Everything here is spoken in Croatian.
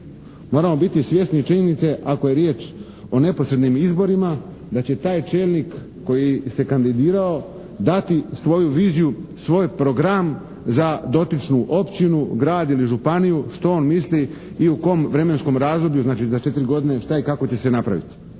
Moramo biti svjesni činjenice ako je riječ o neposrednim izborima da će taj čelnik koji se kandidirao dati svoju viziju, svoj program za dotičnu općinu, grad ili županiju što on misli i u kom vremenskom razdoblju, znači za četiri godine što i kako će se napraviti.